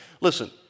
Listen